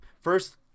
First